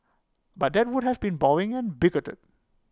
but that would have been boring and bigoted